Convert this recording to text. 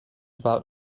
about